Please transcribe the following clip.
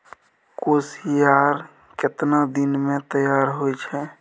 कोसियार केतना दिन मे तैयार हौय छै?